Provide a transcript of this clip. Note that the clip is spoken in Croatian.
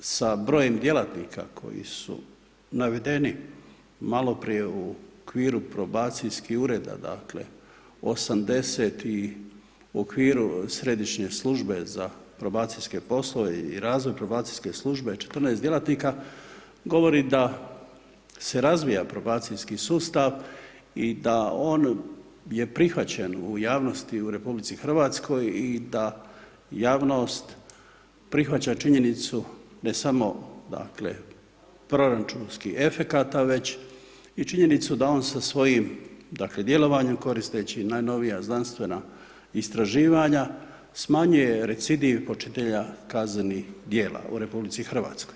To govori da sa brojem djelatnika koji su navedeni maloprije u okviru Probacijskih Ureda, dakle, 80 i okviru Središnje službe za probacijske poslove i razvoj Probacijske službe 14 djelatnika, govori da se razvija probacijski sustav i da on je prihvaćen u javnosti u RH i da javnost prihvaća činjenicu da je samo, dakle, proračunskih efekata već i činjenicu da on sa svojim, dakle, djelovanjem, koristeći najnovija znanstvena istraživanja, smanjuje recidiv počinitelja kaznenih dijela u RH.